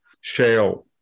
Shale